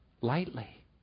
lightly